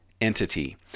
Entity